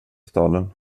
staden